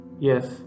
yes